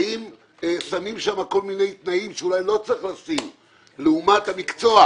האם שמים שם כל מיני תנאים שאולי לא צריך שים אותם לעומת המקצוע.